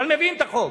אבל מביאים את החוק.